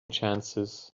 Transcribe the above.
chances